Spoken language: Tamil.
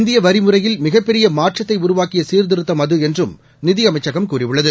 இந்திய வரிமுறையில் மிகப் பெரிய மாற்றத்தை உருவாக்கிய சீர்திருத்தம் அது என்றும் நிதியமைச்சகம் கூறியுள்ளது